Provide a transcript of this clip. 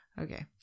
Okay